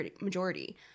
majority